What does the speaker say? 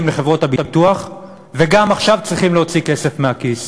לחברות הביטוח וגם עכשיו צריכים להוציא כסף מהכיס,